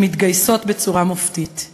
שמתגייסות בצורה מופתית.